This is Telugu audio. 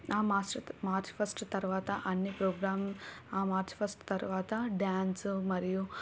ఆ మాసృత్ మార్చ్ ఫస్ట్ తరువాత అన్నీ ప్రోగ్రామ్ మార్చ్ ఫస్ట్ తరువాత డ్యాన్స్ మరియు